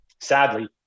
Sadly